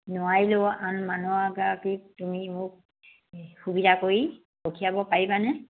নোৱাৰিলেও আন মানুহ এগৰাকীক তুমি মোক সুবিধা কৰি পঠিয়াব পাৰিবানে